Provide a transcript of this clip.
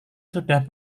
sudah